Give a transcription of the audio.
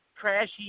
trashy